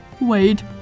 wait